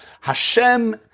Hashem